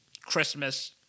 Christmas